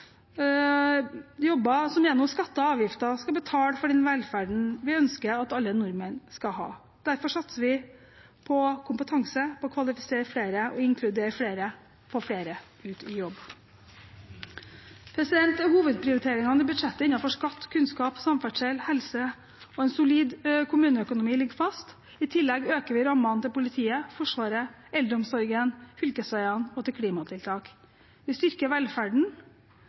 jobber som gjennom skatter og avgifter skal betale for den velferden vi ønsker at alle nordmenn skal ha. Derfor satser vi på kompetanse, på å kvalifisere flere og inkludere flere – få flere ut i jobb. Hovedprioriteringene i budsjettet innenfor skatt, kunnskap, samferdsel, helse og en solid kommuneøkonomi ligger fast. I tillegg øker vi rammene til politiet, Forsvaret, eldreomsorgen, fylkesveiene og klimatiltak. Vi styrker velferden